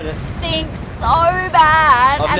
ah stink so bad.